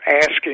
asking